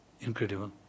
Incredible